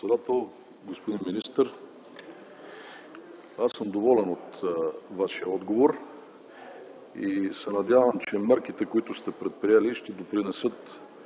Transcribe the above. господин министър, аз съм доволен от Вашия отговор и се надявам, че мерките, които сте предприели, ще допринесат